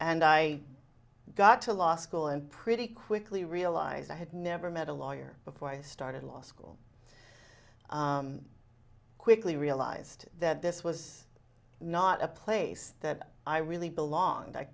and i got to law school and pretty quickly realised i had never met a lawyer before i started law school quickly realised that this was not a place that i really belong